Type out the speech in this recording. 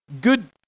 good